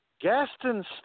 Gaston